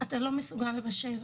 את לא מסוגלת לבשל,